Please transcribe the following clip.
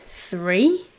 three